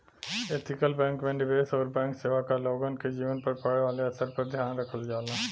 ethical bank में निवेश आउर बैंक सेवा क लोगन के जीवन पर पड़े वाले असर पर ध्यान रखल जाला